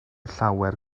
llawer